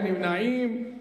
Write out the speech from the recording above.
(הארכת תוקף),